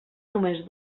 només